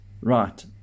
Right